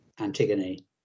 Antigone